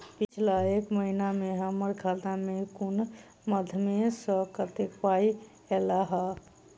पिछला एक महीना मे हम्मर खाता मे कुन मध्यमे सऽ कत्तेक पाई ऐलई ह?